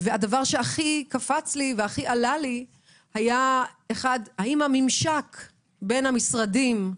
הדבר שהכי קפץ לי היה האם הממשק בין המשרדים,